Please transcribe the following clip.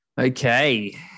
Okay